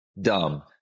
dumb